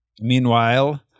meanwhile